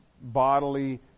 bodily